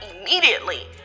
immediately